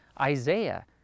Isaiah